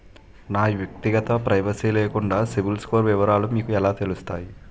నా వ్యక్తిగత ప్రైవసీ లేకుండా సిబిల్ స్కోర్ వివరాలు మీకు ఎలా తెలుస్తాయి?